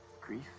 grief